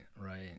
right